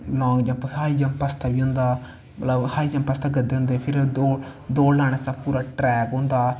long jump high jump आस्तै बी होंदा मतलव हाई जम्प आस्तै गद्दे होंदे फिर दौड़ लानै आस्तै पीरा ट्रैक होंदा